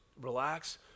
relax